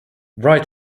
write